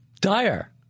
Dire